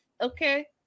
Okay